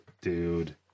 dude